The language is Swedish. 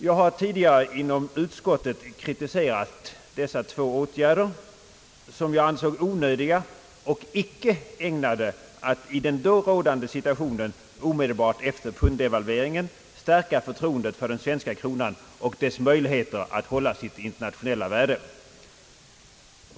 Jag har tidigare inom utskottet kritiserat dessa två åtgärder, som jag ansåg onödiga och icke ägnade att i den då rådande situationen omedelbart efter punddevalveringen stärka förtroendet för den svenska kronan och dess möjligheter att hålla sitt internationella värde.